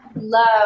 love